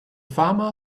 farmer